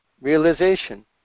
realization